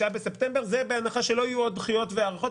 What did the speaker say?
זה בהנחה שלא יהיו עוד דחיות והארכות,